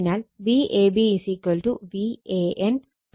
അതിനാൽ Vab Van Vnb ആണ്